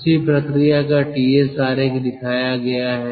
उसी प्रक्रिया का Ts आरेख दिखाया गया है